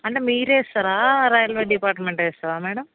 అంటే మీరే ఏస్తారా రైల్వే డిపార్ట్మెంట్ వేస్తుందా మ్యాడమ్